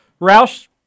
Roush